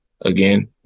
again